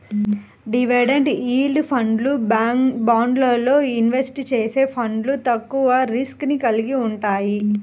dividend yield ఫండ్లు, బాండ్లల్లో invest చేసే ఫండ్లు తక్కువ రిస్క్ ని కలిగి వుంటయ్యి